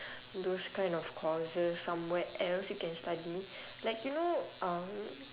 those kind of courses somewhere else you can study like you know um